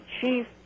chief